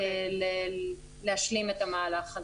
להשלים את המהלך.